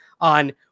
on